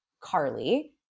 Carly